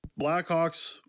Blackhawks